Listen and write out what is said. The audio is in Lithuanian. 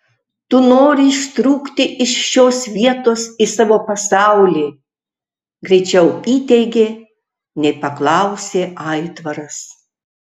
tu nori ištrūkti iš šios vietos į savo pasaulį greičiau įteigė nei paklausė aitvaras